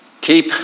Keep